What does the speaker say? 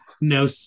no